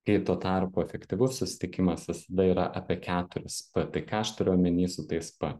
kai tuo tarpu efektyvus susitikimas visada yra apie keturis p tai ką aš turiu omeny su tais p